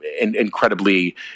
incredibly